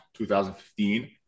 2015